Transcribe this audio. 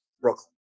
Brooklyn